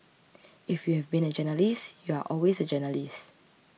if you've been a journalist you're always a journalist